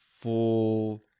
full